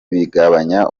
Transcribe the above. bigabanya